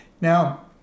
Now